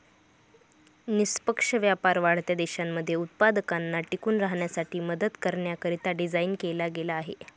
निष्पक्ष व्यापार वाढत्या देशांमध्ये उत्पादकांना टिकून राहण्यासाठी मदत करण्याकरिता डिझाईन केला गेला आहे